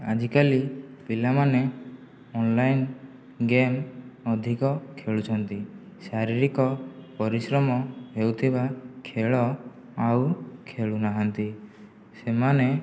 ଆଜିକାଲି ପିଲାମାନେ online game ଅଧିକ ଖେଳୁଛନ୍ତି ଶାରୀରିକ ପରିଶ୍ରମ ହେଉଥିବା ଖେଳ ଆଉ ଖେଳୁ ନାହାନ୍ତି ସେମାନେ